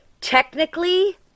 Technically